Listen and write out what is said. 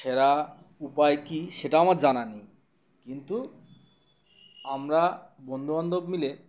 সেরা উপায় কী সেটা আমার জানা নেই কিন্তু আমরা বন্ধুবান্ধব মিলে